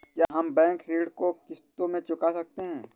क्या हम बैंक ऋण को किश्तों में चुका सकते हैं?